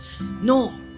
No